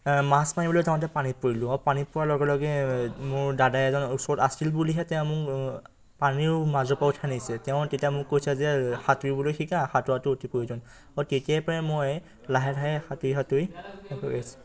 মাছ মাৰিবলৈ যাওঁতে পানীত পৰিলোঁ আৰু পানীত পৰাৰ লগে লগে মোৰ দাদা এজন ওচৰত আছিল বুলিহে তেওঁ মোক পানীৰ মাজৰ পৰা উঠাই নিছে তেওঁ তেতিয়া মোক কৈছে যে সাঁতুৰিবলৈ শিকা সাঁতোৰাটো অতি প্ৰয়োজন আৰু তেতিয়াই প্ৰায় মই লাহে লাহে সাঁতুৰি সাঁতুৰি গৈ আছোঁ